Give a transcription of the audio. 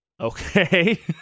Okay